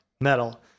metal